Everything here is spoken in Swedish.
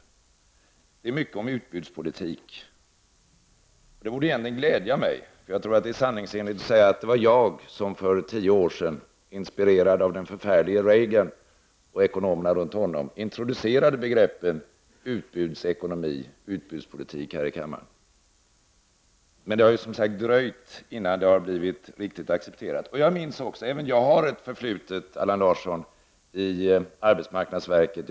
Det talas mycket om utbudspolitik, och det borde egentligen glädja mig. Jag tror att det är sanningsenligt att säga att det var jag som för tio år sedan, inspirerad av den förfärlige Reagan och ekonomerna runt honom, introducerade begreppen utbudsekonomi och utbudspolitik här i kammaren. Men det har alltså dröjt innan det har blivit riktigt accepterat. Även jag har ett förflutet i arbetsmarknadsverket.